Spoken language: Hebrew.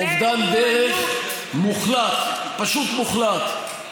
אובדן דרך מוחלט, פשוט מוחלט.